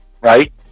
right